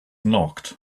knocked